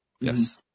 Yes